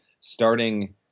starting –